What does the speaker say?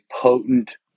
potent